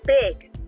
big